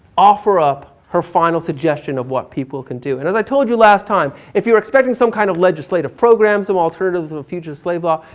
offer up her final suggestion of what people can do. and as i told you last time, if you're expecting some kind of legislative programs, um some to sort of the future slave law,